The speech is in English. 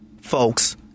folks